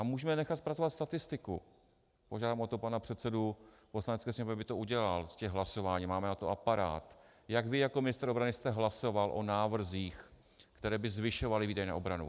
Můžeme nechat zpracovat statistiku, požádám o to pana předsedu Poslanecké sněmovny, aby to udělal z těch hlasování, máme na to aparát, jak vy jako ministr obrany jste hlasoval o návrzích, které by zvyšovaly výdaje na obranu.